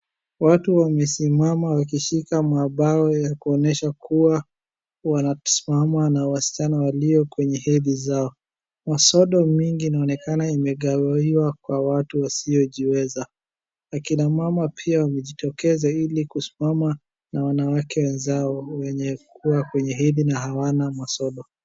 Watu wamesimama wakishika mabao yakuonesha kuwa wanasimama na wasichana walio kwenye hedhi zao, masodo mingi inaonekana imegawiwa kwa watu wasiojiweza, akina mama pia wamejitokeza ili kusimama na wanawake wenzao wenye kuwa kwenye hedhi na hawana masodo.